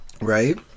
Right